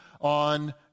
on